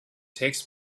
takes